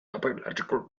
topological